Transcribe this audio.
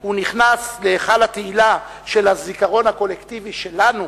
הוא נכנס להיכל התהילה של הזיכרון הקולקטיבי שלנו,